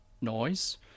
noise